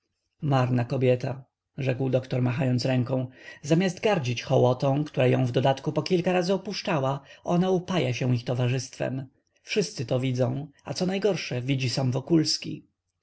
marna kobieta rzekł doktor machając ręką zamiast gardzić hołotą która ją w dodatku po kilka razy opuszczała ona upaja się ich towarzystwem wszyscy to widzą a co najgorsze widzi sam